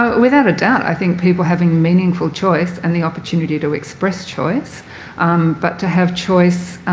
without a doubt i think people having meaningful choice and the opportunity to express choice um but to have choice